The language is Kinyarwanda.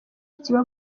kiba